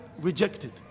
rejected